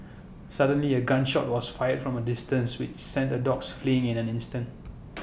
suddenly A gun shot was fired from A distance which sent the dogs fleeing in an instant